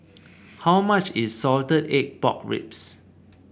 how much is Salted Egg Pork Ribs